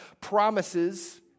promises